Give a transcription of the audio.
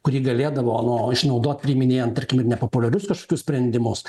kurį galėdavo nu išnaudot priiminėjant tarkim ir nepopuliarius kažkokius sprendimus